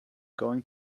going